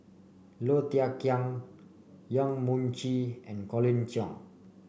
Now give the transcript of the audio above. Low Thia Khiang Yong Mun Chee and Colin Cheong